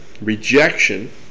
rejection